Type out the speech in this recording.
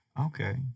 Okay